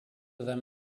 them